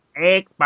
Xbox